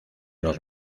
los